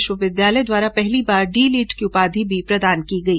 विश्वविद्यालय पहली बार डीलिट की उपाधि भी प्रदान की गई